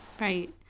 Right